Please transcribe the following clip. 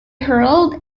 herald